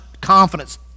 confidence